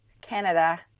Canada